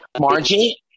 Margie